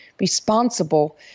responsible